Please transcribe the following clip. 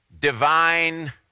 divine